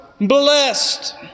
blessed